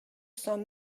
cents